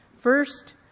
First